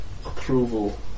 Approval